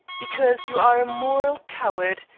because you are a moral coward,